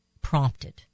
prompted